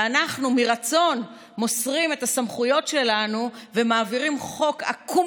ואנחנו מרצון מוסרים את הסמכויות שלנו ומעבירים חוק עקום